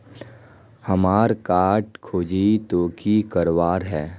हमार कार्ड खोजेई तो की करवार है?